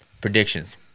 predictions